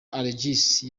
alegisi